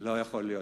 לא יכול להיות.